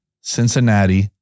Cincinnati